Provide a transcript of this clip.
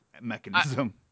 mechanism